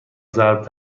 ضرب